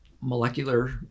molecular